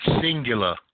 singular